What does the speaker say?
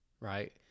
right